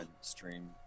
stream